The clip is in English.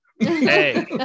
hey